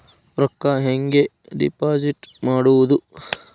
ರೊಕ್ಕ ಹೆಂಗೆ ಡಿಪಾಸಿಟ್ ಮಾಡುವುದು?